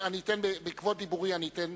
בעקבות דברי אני אתן